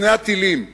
לפני התלים,